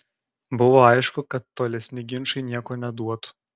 buvo aišku kad tolesni ginčai nieko neduotų